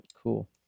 Cool